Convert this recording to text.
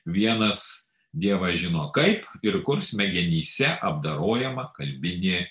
vienas dievas žino kaip ir kur smegenyse apdorojama kalbinė